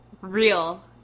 real